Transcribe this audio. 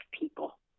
people